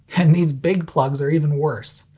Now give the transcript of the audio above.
and these big plugs are even worse!